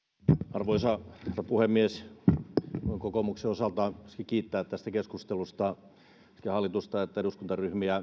arvoisa herra puhemies voin myöskin kokoomuksen osalta kiittää tästä keskustelusta sekä hallitusta että eduskuntaryhmiä